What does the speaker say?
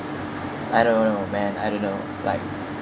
I don't know man I don't know like